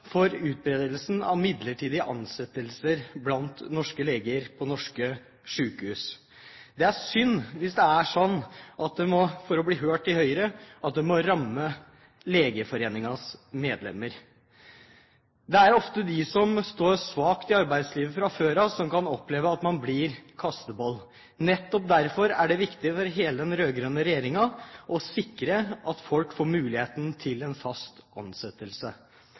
for utbredelsen av midlertidige ansettelser blant norske leger på norske sykehus. Det er synd hvis det er sånn at det for å bli hørt i Høyre må ramme Legeforeningens medlemmer. Det er ofte de som står svakt i arbeidslivet fra før av, som kan oppleve å bli kasteball. Nettopp derfor er det viktig for hele den rød-grønne regjeringen å sikre at folk får muligheten til fast ansettelse.